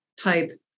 type